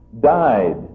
died